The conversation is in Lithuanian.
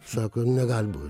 sako negali bū